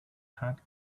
had